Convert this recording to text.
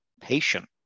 patient